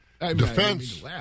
defense